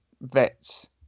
vets